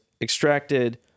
extracted